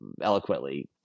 eloquently